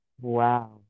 Wow